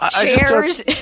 shares